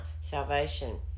salvation